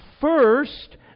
First